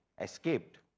escaped